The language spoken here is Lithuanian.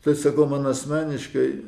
tai sakau man asmeniškai